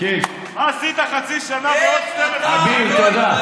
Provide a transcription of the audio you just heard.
מה עשית חצי שנה ועוד 12 שנים, איך